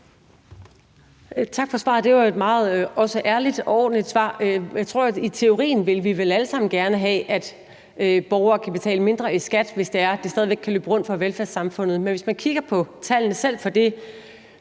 Tak for svaret. Det var jo et meget ærligt og ordentligt svar også. Jeg tror, at i teorien vil vi vel alle sammen gerne have, at borgere kan betale mindre i skat, hvis det er, at det stadig væk kan løbe rundt for velfærdssamfundet. Men hvis man kigger på tallene, selv for det